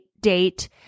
date